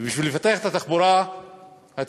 ובשביל לפתח את התחבורה הציבורית